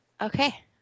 Okay